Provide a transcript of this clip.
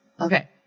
Okay